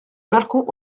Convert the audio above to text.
balcon